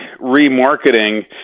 remarketing